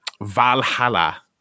Valhalla